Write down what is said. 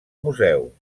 museu